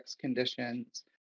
conditions